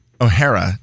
O'Hara